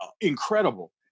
incredible